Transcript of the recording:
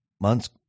months